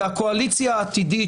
והקואליציה העתידית,